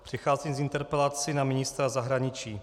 Přicházím s interpelací na ministra zahraničí.